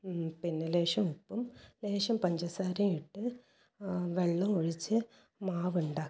പിന്നെ ലേശം ഉപ്പും ലേശം പഞ്ചസാരയും ഇട്ട് വെള്ളവും ഒഴിച്ച് മാവുണ്ടാക്കുക